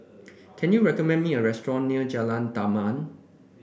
can you recommend me a restaurant near Jalan Damai